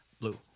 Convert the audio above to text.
Blue